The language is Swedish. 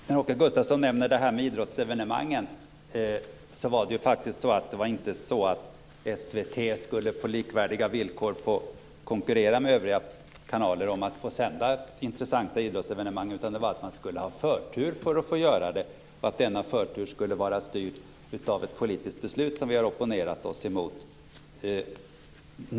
Herr talman! Åke Gustavsson nämner idrottsevenemangen. Det var faktiskt inte så att SVT skulle få konkurrera på likvärdiga villkor med övriga kanaler om att få sända intressanta idrottsevenemang. Det var så att man skulle få förtur att göra det, och denna förtur skulle vara styrd av ett politiskt beslut. Det är detta vi har opponerat oss emot.